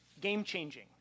game-changing